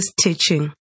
teaching